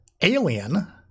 Alien